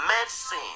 medicine